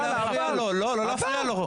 לא להפריע לו.